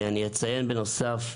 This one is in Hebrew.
אציין בנוסף,